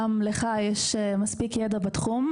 גם לך מספיק ידע בתחום.